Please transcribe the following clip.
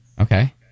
Okay